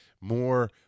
more